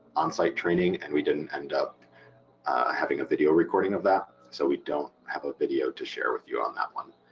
on-site training and we didn't end up having a video recording of that so we don't have a video to share with you on that one.